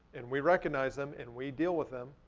and we recognize them, and we deal with them,